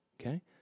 Okay